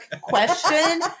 question